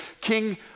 King